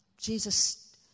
Jesus